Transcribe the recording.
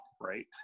right